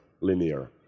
linear